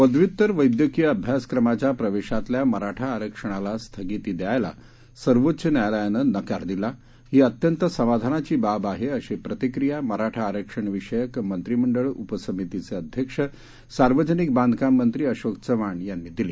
पदव्युत्तर वैद्यकीय अभ्यासक्रमाच्या प्रवेशातल्या मराठा आरक्षणाला स्थगिती द्यायला सर्वोच्च न्यायालयानं नकार दिला ही अत्यंत समाधानाची बाब आहे अशी प्रतिक्रिया मराठा आरक्षणविषयक मंत्रिमंडळ उपसमितीचे अध्यक्ष सार्वजनिक बांधकाम मंत्री अशोक चव्हाण यांनी दिली